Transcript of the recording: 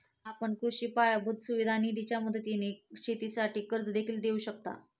आपण कृषी पायाभूत सुविधा निधीच्या मदतीने शेतीसाठी कर्ज देखील घेऊ शकता